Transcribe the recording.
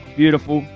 beautiful